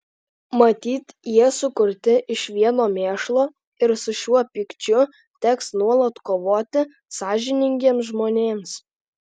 matyt jie sukurti iš vieno mėšlo ir su šiuo pykčiu teks nuolat kovoti sąžiningiems žmonėms